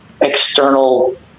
external